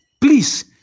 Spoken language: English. please